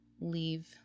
leave